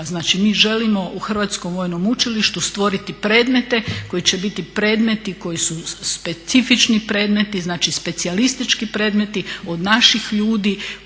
Znači mi želimo u Hrvatskom vojnom učilištu stvoriti predmete koji će biti predmeti koji su specifični, specijalistički predmeti od naših ljudi